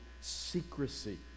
secrecy